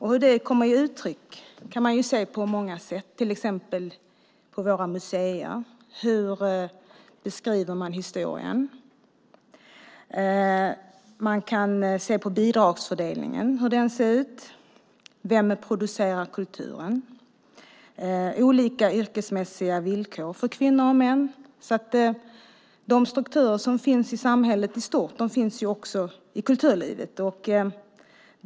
Hur det kommer till uttryck kan man se på många sätt, till exempel på våra museer. Hur beskriver man historien? Man kan se hur bidragsfördelningen ser ut. Vem producerar kulturen? Det är olika yrkesmässiga villkor för kvinnor och män. De strukturer som finns i samhället i stort finns också i kulturlivet.